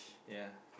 ya